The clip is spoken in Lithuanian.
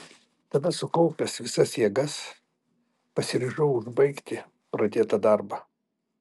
tada sukaupęs visas jėgas pasiryžau užbaigti pradėtą darbą